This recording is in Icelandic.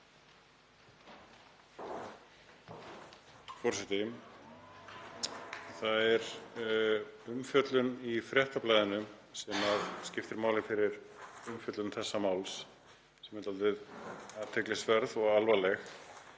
Forseti. Það er umfjöllun í Fréttablaðinu, sem skiptir máli fyrir umfjöllun þessa máls, og er dálítið athyglisverð og alvarleg.